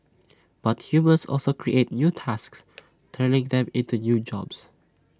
but humans also create new tasks turning them into new jobs